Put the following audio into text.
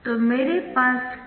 तो मेरे पास क्या है